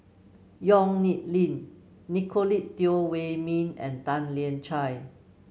Yong Nyuk Lin Nicolette Teo Wei Min and Tan Lian Chye